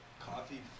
Coffee